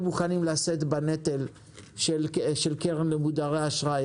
מוכנים לשאת בנטל של קרן למודרי אשראי.